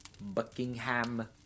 Buckingham